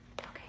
okay